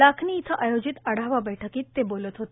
लाखनी येथे आयोजित आढावा बैठकीत ते बोलत होते